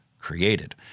created